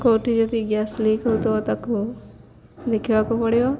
କେଉଁଠି ଯଦି gas leak ହଉଥିବ ତାକୁ ଦେଖିବାକୁ ପଡ଼ିବ